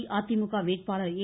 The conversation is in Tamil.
அஇஅதிமுக வேட்பாளர் ஏ